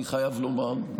אני חייב לומר,